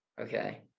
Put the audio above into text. Okay